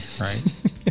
right